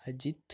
Ajith